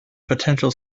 potential